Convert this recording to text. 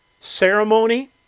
ceremony